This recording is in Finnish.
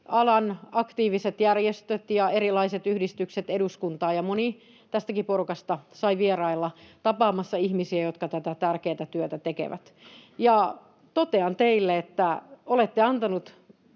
alan aktiiviset järjestöt ja erilaiset yhdistykset eduskuntaan, ja moni tästäkin porukasta sai vierailla tapaamassa ihmisiä, jotka tätä tärkeätä työtä tekevät. Ja totean teille, että olette antanut